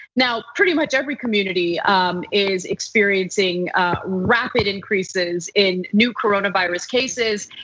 now pretty much every community is experiencing rapid increases in new coronavirus cases.